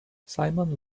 simon